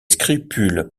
scrupules